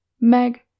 Meg